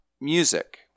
music